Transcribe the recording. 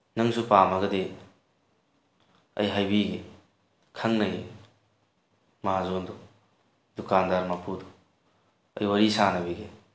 ꯅꯪꯁꯨ ꯄꯥꯝꯃꯒꯗꯤ ꯑꯩ ꯍꯥꯏꯕꯤꯒꯦ ꯈꯪꯅꯩꯌꯦ ꯃꯍꯥꯖꯣꯟꯗꯣ ꯗꯨꯀꯥꯟꯗꯥꯔ ꯃꯄꯨꯗꯣ ꯑꯩ ꯋꯥꯔꯤ ꯁꯥꯟꯅꯕꯤꯒꯦ